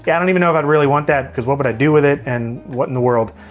yeah don't even know if i'd really want that, because what would i do with it, and what in the world?